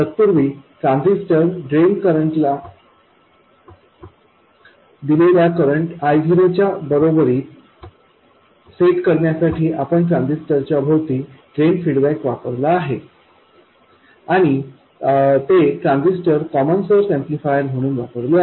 तत्पूर्वी transistor drain current ला दिलेल्या करंट I0 च्या बरोबरीत सेट करण्यासाठी आपण ट्रान्झिस्टर च्या भवती ड्रेन फीडबॅक वापरला आहे आणि ते ट्रान्झिस्टर कॉमन सोर्स ऍम्प्लिफायर म्हणून वापरले आहे